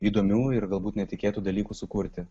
įdomių ir galbūt netikėtų dalykų sukurti